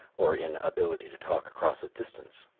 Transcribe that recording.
or in ability to talk across a distance.